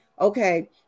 Okay